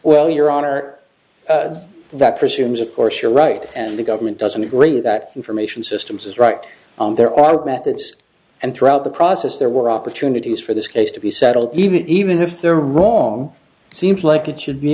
well your honor that presumes of course you're right and the government doesn't agree that information systems is right there are methods and throughout the process there were opportunities for this case to be settled even even if they're wrong it seems like it should be